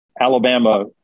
Alabama